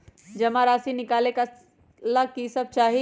जमा राशि नकालेला कि सब चाहि?